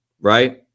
right